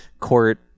court